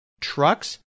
trucks